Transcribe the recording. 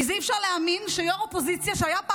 אי-אפשר להאמין שראש אופוזיציה שהיה פעם